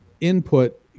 input